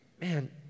Man